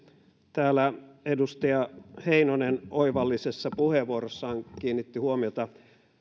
täällä edustaja heinonen oivallisessa puheenvuorossaan kiinnitti huomiota